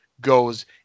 goes